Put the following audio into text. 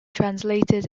translated